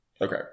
Okay